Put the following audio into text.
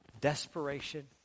desperation